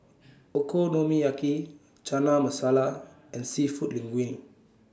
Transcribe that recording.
Okonomiyaki Chana Masala and Seafood Linguine